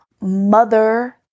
mother